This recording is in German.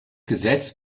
gesetz